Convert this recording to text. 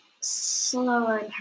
slower